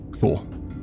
Cool